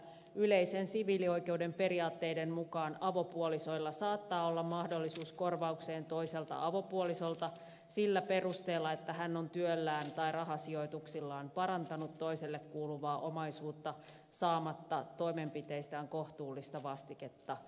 yleisten siviilioikeuden periaatteiden mukaan avopuolisolla saattaa olla mahdollisuus korvaukseen toiselta avopuolisolta sillä perusteella että hän on työllään tai rahasijoituksillaan parantanut toiselle kuuluvaa omaisuutta saamatta toimenpiteistään kohtuullista vastiketta